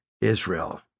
Israel